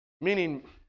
Meaning